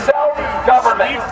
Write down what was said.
Self-government